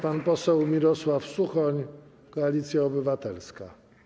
Pan poseł Mirosław Suchoń, Koalicja Obywatelska.